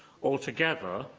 altogether,